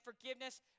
forgiveness